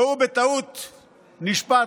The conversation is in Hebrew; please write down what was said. והוא בטעות נשפט,